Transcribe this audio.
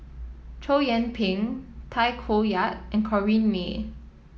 Chow Yian Ping Tay Koh Yat and Corrinne May